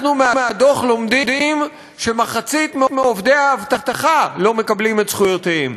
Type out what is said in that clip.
אנחנו מהדוח לומדים שמחצית מעובדי האבטחה לא מקבלים את זכויותיהם.